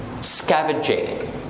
scavenging